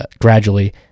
Gradually